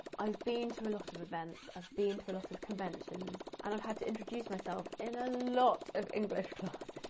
i've been to a lot of events, i've been to a lot of conventions and i've had to introduce myself in a lot of english classes,